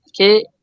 okay